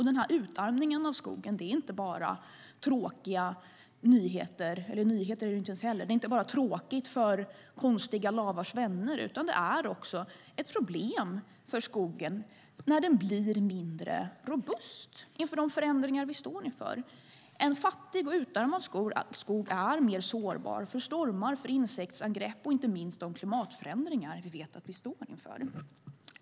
Denna utarmning av skogen är inte bara tråkig för konstiga lavars vänner, utan det är också ett problem för skogen när den blir mindre robust inför de förändringar som vi står inför. En fattig och utarmad skog är mer sårbar för stormar, för insektsangrepp och inte minst för de klimatförändringar som vi vet att vi står inför.